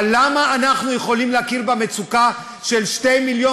אבל למה אנחנו יכולים להכיר במצוקה של 2 מיליון